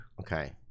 Okay